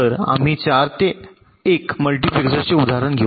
तर आम्ही 4 ते 1 मल्टिप्लेसरचे उदाहरण घेतो